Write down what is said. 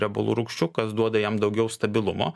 riebalų rūgščių kas duoda jam daugiau stabilumo